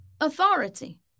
authority